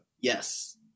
Yes